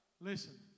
Listen